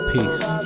Peace